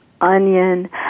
onion